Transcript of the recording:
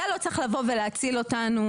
אתה לא צריך לבוא ולהציל אותנו.